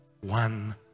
one